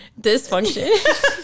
Dysfunction